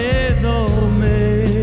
Désormais